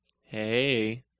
Hey